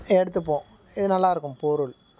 எடுத்துப்போம் இது நல்லாயிருக்கும் பொருள்